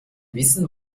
wissen